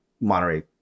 Monterey